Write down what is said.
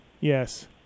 Yes